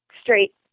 straight